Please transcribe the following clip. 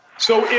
so if. yeah